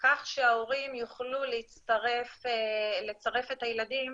כך שההורים יוכלו לצרף את הילדים